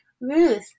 Ruth